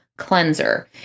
cleanser